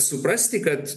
suprasti kad